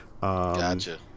gotcha